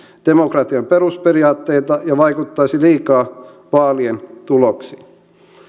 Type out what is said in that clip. demokratian perusperiaatteita ja vaikuttaisi liikaa vaalien tuloksiin